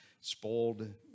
spoiled